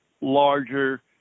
larger